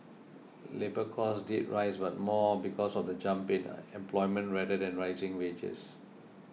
labour cost did rise but more because of the jump in employment rather than rising wages